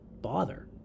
bother